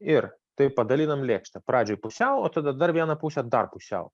ir taip padaliname lėkštę pradžiai pusiau o tada dar vieną pusę dar pusiau